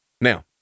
Now